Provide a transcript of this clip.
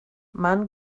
man